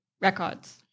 records